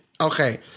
Okay